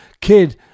kid